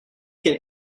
can